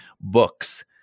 books